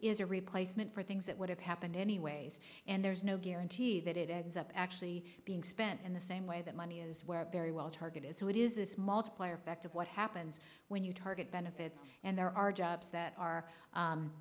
a replacement for things that would have happened anyway and there's no guarantee that it ends up actually being spent in the same way that money is where very well targeted so it is this multiplier effect of what happens when you target benefits and there are jobs that are